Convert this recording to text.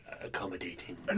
accommodating